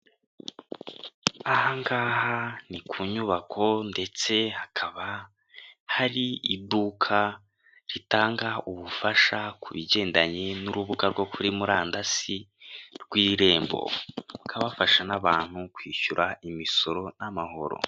Aha ngaha ni ku nyubako ndetse hakaba hari iduka ritanga ubufasha ku bigendanye n'urubuga rwo kuri murandasi rw'Irembo, bakaba bafasha n'abantu kwishyura imisoro n'amahoro.